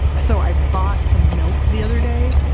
so i bought some milk the other day,